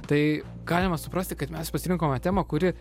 tai galima suprasti kad mes pasirinkome temą kuri